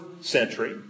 century